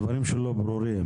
הדברים שלו ברורים,